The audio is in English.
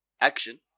action